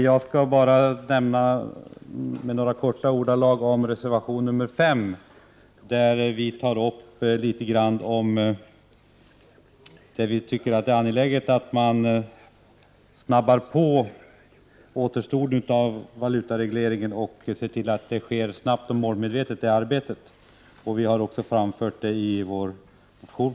Jag skall bara i korta ordalag nämna något om reservation 5, där vi tar upp att vi tycker att det är angeläget att man snabbar på avvecklingen av återstoden av valutaregleringen och ser till att det arbetet sker snabbt och målmedvetet. Det har vi också framfört i vår motion.